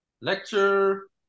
Lecture